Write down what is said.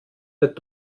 wird